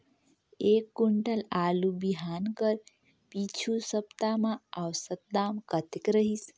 एक कुंटल आलू बिहान कर पिछू सप्ता म औसत दाम कतेक रहिस?